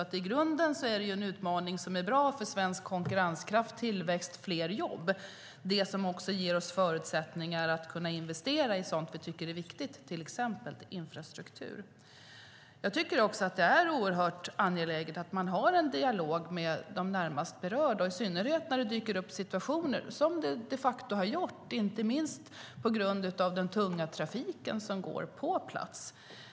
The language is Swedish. I grunden är det en utmaning som är bra för den svenska konkurrenskraften, tillväxten och jobben, alltså det som ger oss förutsättningar att kunna investera i sådant som vi tycker är viktigt, till exempel infrastruktur. Jag tycker också att det är oerhört angeläget att man har en dialog med de närmast berörda, i synnerhet när det uppstår situationer som det de facto har gjort, inte minst på grund av den tunga trafiken som går på plats.